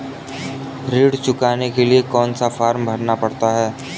ऋण चुकाने के लिए कौन सा फॉर्म भरना पड़ता है?